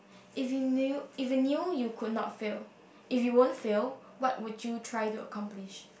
if you knew if you knew you could not fail if you won't fail what would you try to accomplish